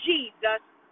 Jesus